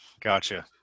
Gotcha